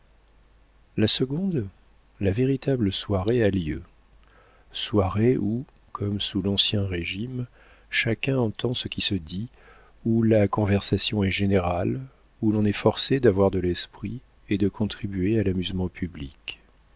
la seconde la véritable soirée a lieu soirée où comme sous l'ancien régime chacun entend ce qui se dit où la conversation est générale où l'on est forcé d'avoir de l'esprit et de contribuer à l'amusement public